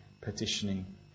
petitioning